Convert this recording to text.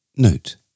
Note